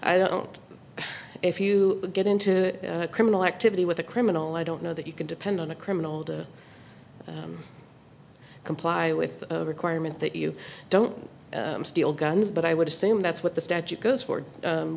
i don't if you get into criminal activity with a criminal i don't know that you can depend on a criminal to comply with a requirement that you don't steal guns but i would assume that's what the statute goes for